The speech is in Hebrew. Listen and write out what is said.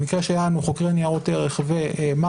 הלבנת הון במקרה שלנו חוקרי ניירות ערך ומח"ש.